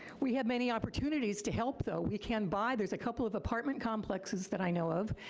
we have many opportunities to help though, we can buy, there's a couple of apartment complexes that i know of,